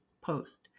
post